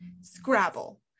scrabble